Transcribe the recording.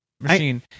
machine